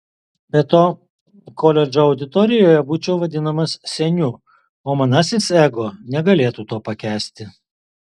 be to koledžo auditorijoje būčiau vadinamas seniu o manasis ego negalėtų to pakęsti